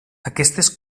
aquestes